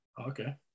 Okay